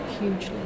hugely